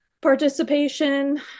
participation